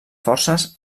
forces